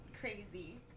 crazy